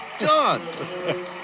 done